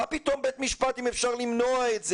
מה פתאום בית משפט אם אפשר למנוע את זה.